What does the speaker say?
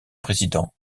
président